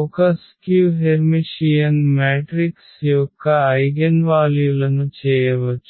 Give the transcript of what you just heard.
ఒక skew Hermitian matrix యొక్క ఐగెన్వాల్యులను చేయవచ్చు